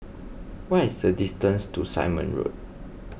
what is the distance to Simon Road